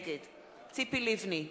נגד ציפי לבני,